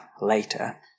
later